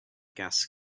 gas